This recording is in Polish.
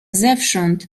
zewsząd